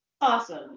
Awesome